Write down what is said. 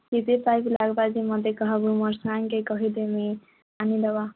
କେତେ ପାଇପ୍ ଲାଗବା ଯେ ମତେ କହେବୁ ମୋର ସାଙ୍ଗ କେ କହିଦେମି ଆନିଦବ